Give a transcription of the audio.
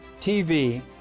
TV